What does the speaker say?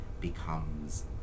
becomes